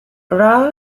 rah